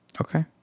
Okay